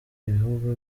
ibihugu